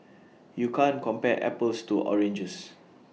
you can't compare apples to oranges